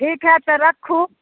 ठीक हइ तऽ राखू